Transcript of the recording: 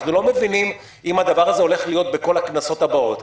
אנחנו לא מבינים אם הדבר הזה הולך להיות בכל הכנסות הבאות.